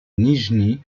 nijni